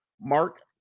Mark